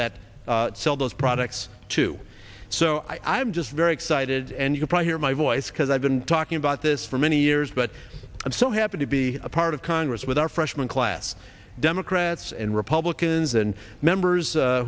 that sell those products too so i'm just very excited and you'll probably hear my voice because i've been talking about this for many years but i'm so happy to be a part of congress with our freshman class democrats and republicans and members